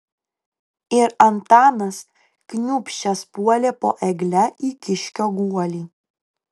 ir antanas kniūbsčias puolė po egle į kiškio guolį